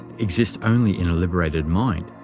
exist only in a liberated mind,